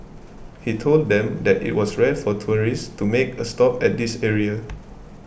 he told them that it was rare for tourists to make a stop at this area